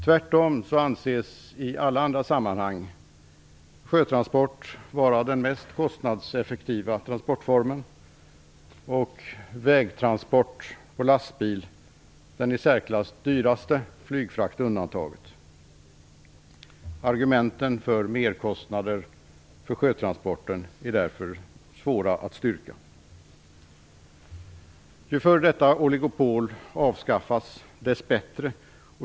Tvärtom anses i alla andra sammanhang sjötransport vara den mest kostnadseffektiva transportformen, och vägtransporter med lastbil den i särklass dyraste - flygfrakt undantagen. Argumenten för merkostnader för sjötransporten är därför svåra att styrka. Ju förr detta oligopol avskaffas, desto bättre.